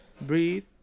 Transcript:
Breathe